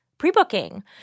Pre-booking